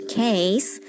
case